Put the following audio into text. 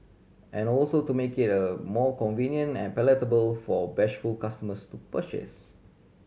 and also to make it a more convenient and palatable for bashful customers to purchase